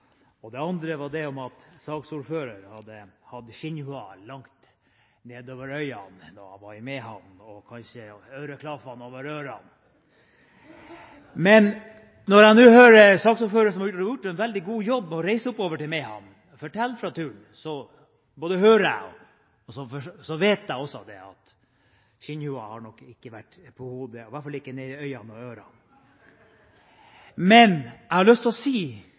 Hegnar. Det andre var at saksordføreren hadde hatt skinnlua langt nedover øynene og kanskje øreklaffene over ørene da han var i Mehamn. Men når jeg nå hører saksordføreren, som har gjort en veldig god jobb og reist opp til Mehamn, fortelle fra turen, både hører og vet jeg at skinnlua ikke har vært på hodet – i hvert fall ikke over øynene og ørene. Et par punkter: Jeg stusser over statsrådens vurdering når vi har bedt om å få Kystverket til å